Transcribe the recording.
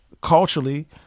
Culturally